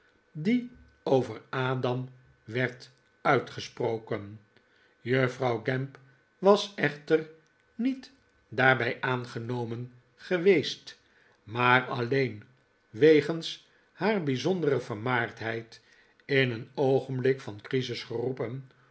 die over adam werd uitgesproken juffrouw gamp was echter niet daarbij aangenomen geweest maar alleen we gens haar bijzondere vermaardheid in een oogenblik van crisis gfcroepen